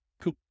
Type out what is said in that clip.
Cool